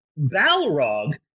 Balrog